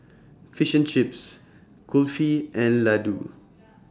Fish Chips Kulfi and Ladoo